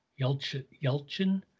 Yelchin